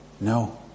No